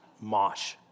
mosh